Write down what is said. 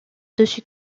dessus